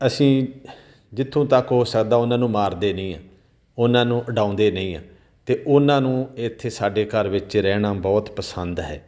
ਅਸੀਂ ਜਿੱਥੋਂ ਤੱਕ ਹੋ ਸਕਦਾ ਉਹਨਾਂ ਨੂੰ ਮਾਰਦੇ ਨਹੀਂ ਹਾਂ ਉਹਨਾਂ ਨੂੰ ਉਡਾਉਂਦੇ ਨਹੀਂ ਹਾਂ ਅਤੇ ਉਹਨਾਂ ਨੂੰ ਇੱਥੇ ਸਾਡੇ ਘਰ ਵਿੱਚ ਰਹਿਣਾ ਬਹੁਤ ਪਸੰਦ ਹੈ